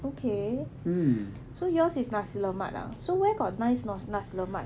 okay so yours is nasi lemak lah so where got nice nas~ nasi lemak